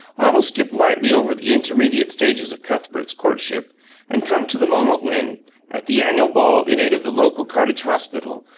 i will skip lightly over the intermediate stages of cuthbert's courtship and come to the moment when at the annual ball in aid of the local cottage hospital,